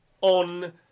on